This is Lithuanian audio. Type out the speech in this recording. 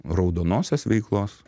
raudonosios veiklos